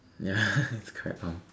ya it's correct